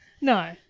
No